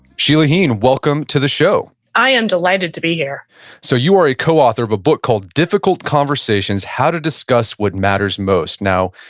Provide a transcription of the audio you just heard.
sheila heen. welcome to the show i am delighted to be here so you are a coauthor of a book called difficult conversations, how to discuss what matters most. now,